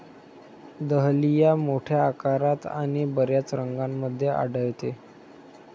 dahlia मोठ्या आकारात आणि बर्याच रंगांमध्ये आढळते